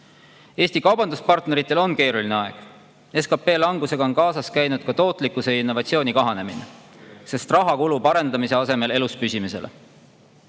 Eesti kaubanduspartneritel on keeruline aeg. SKP langusega on kaasas käinud tootlikkuse ja innovatsiooni kahanemine, sest raha kulub arendamise asemel elus püsimisele.